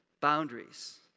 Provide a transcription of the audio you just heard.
boundaries